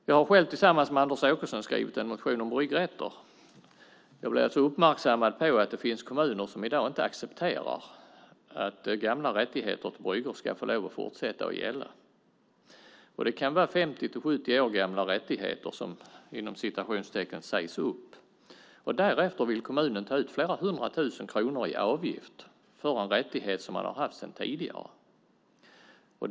Jag har tillsammans med Anders Åkesson skrivit en motion om bryggrätter. Jag blev uppmärksammad på att det finns kommuner som i dag inte accepterar att gamla rättigheter till bryggor ska få fortsätta att gälla. Det kan vara 50-70 år gamla rättigheter som "sägs upp". Därefter vill kommunen ta ut flera hundra tusen kronor i avgift för en rättighet som man har haft sedan tidigare.